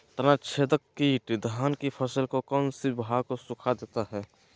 तनाछदेक किट धान की फसल के कौन सी भाग को सुखा देता है?